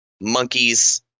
monkeys